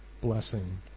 blessing